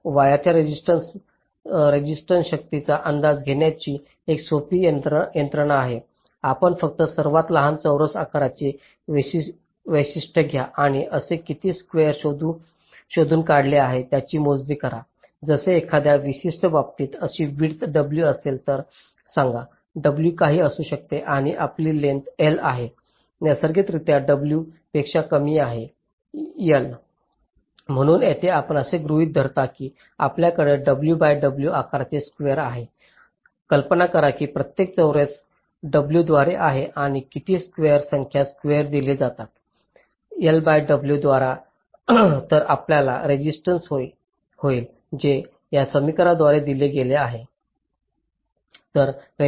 तर वायरच्या रेसिस्टन्सशक्तीचा अंदाज घेण्याची एक सोपी यंत्रणा आहे आपण फक्त सर्वात लहान चौरस आकाराचे वैशिष्ट्य घ्या आणि असे किती स्वेअर शोधून काढले आहेत याची मोजणी करा जसे एखाद्या विशिष्ट बाबतीत आपली विड्थ w असेल तर सांगा w काहीही असू शकते आणि आपली लेंग्थस l आहे नैसर्गिकरित्या w पेक्षा कमी आहे l म्हणून येथे आपण असे गृहित धरता की आपल्याकडे w बाय w आकाराचे स्वेअर आहे कल्पना करा की प्रत्येक चौरस w द्वारे आहे आणि किती स्वेअर संख्या स्वेअर दिले जातील द्वारा तर आपला रेसिस्टन्स होईल जे या समीकरणाद्वारे दिले गेले आहे